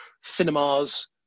cinemas